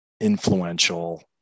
influential